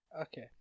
Okay